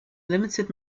limited